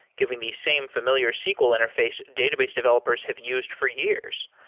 giving the same familiar sql interface database developers have used for years.